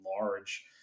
large